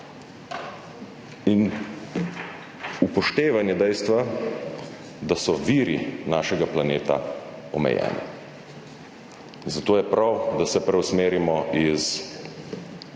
In upoštevanje dejstva, da so viri našega planeta omejeni. Zato je prav, da se preusmerimo z